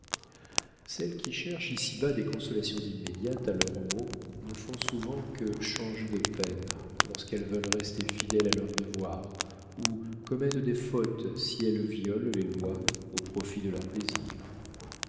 celles qui cherchent ici-bas des consolations immédiates à leurs maux ne font souvent que changer de peines lorsqu'elles veulent rester fidèles à leurs devoirs ou commettent des fautes si elles violent les lois au profit de leurs plaisirs